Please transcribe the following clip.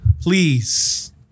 please